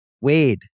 Wade